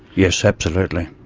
yes, absolutely.